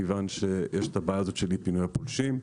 מכיוון שיש בעיה של אי-פינוי הפולשים.